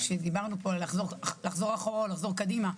דיברנו פה על לחזור אחורה או קדימה.